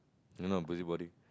I'm not a busybody